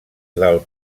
del